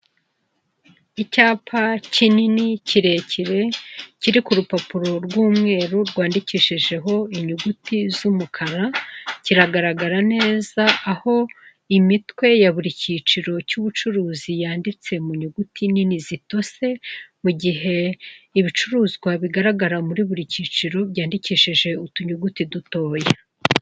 Icyapa kinini kirekire, kiri ku rupapuro rw'umweru rwandikishijeho inyuguti z'umukara, kiragaragara neza aho imitwe ya buri cyiciro cy'ubucuruzi yanditse mu nyuguti nini zitose, mu gihe ibicuruzwa bigaragara muri buri cyiciro byandikishije utunyuguti dutoya.